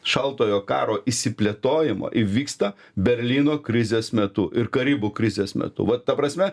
šaltojo karo išsiplėtojimo įvyksta berlyno krizės metu ir karibų krizės metu va ta prasme